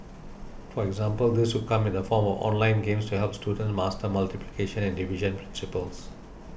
for example this could come in the form of online games to help students master multiplication and division principles